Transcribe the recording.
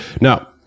now